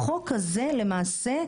החוק הזה למעשה,